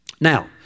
Now